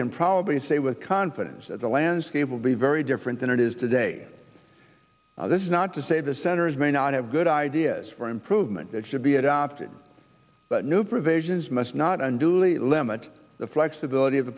can probably say with confidence that the landscape will be very different than it is today this is not to say the senators may not have good ideas for improvement that should be adopted but new provisions must not unduly limit the flexibility of the